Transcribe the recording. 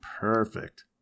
Perfect